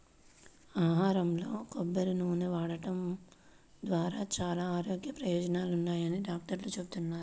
ఆహారంలో కొబ్బరి నూనె వాడటం ద్వారా చాలా ఆరోగ్య ప్రయోజనాలున్నాయని డాక్టర్లు చెబుతున్నారు